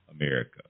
America